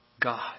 God